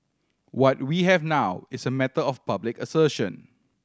what we have now is a matter of public assertion